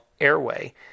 airway